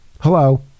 Hello